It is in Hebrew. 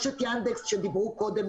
יש את יאנדקס שדיברו קודם,